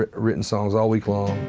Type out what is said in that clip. ah written songs all week long,